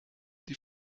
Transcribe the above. die